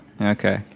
Okay